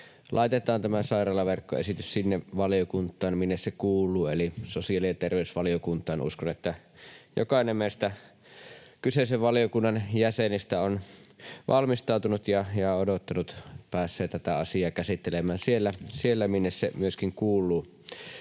laitetaan tämä sairaalaverkkoesitys sinne valiokuntaan, minne se kuuluu, eli sosiaali- ja terveysvaliokuntaan. Uskon, että jokainen meistä kyseisen valiokunnan jäsenistä on valmistautunut ja odottanut, että pääsee tätä asiaa käsittelemään siellä, minne se myöskin kuuluu.